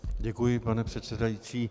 Děkuji, pane předsedající.